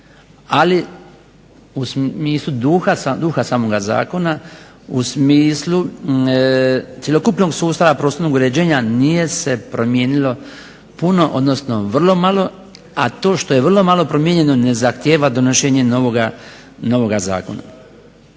ali u smislu duha samoga zakona, u smislu cjelokupnog sustava prostornog uređenja nije se promijenilo puno, odnosno vrlo malo, a to što je vrlo malo promijenjeno ne zahtjeva donošenje novoga zakona.